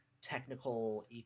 technical